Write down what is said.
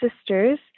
sisters